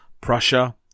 Prussia